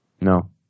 No